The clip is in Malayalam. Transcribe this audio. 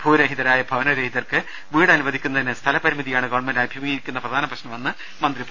ഭൂരഹിതരായ ഭവന രഹിതർക്ക് വീട് അനുവദിക്കുന്നതിന് സ്ഥല പരിമിതിയാണ് ഗവൺമെന്റ് അഭിമുഖികരിക്കുന്ന പ്രധാന പ്രശ്നമെന്ന് മന്ത്രി പറഞ്ഞു